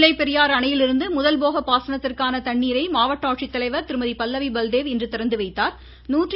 அணை திறப்பு முல்லை பெரியாறு அணையிலிருந்து முதல் போக பாசனத்திற்கான தண்ணீரை மாவட்ட ஆட்சித்தலைவா் திருமதி பல்லவி பல்தேவ் இன்று திறந்துவைத்தாா்